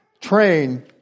Train